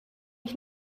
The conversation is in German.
ich